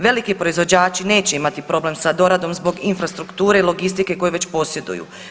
Veliki proizvođači neće imati problem sa doradom zbog infrastrukture i logistike koju već posjeduju.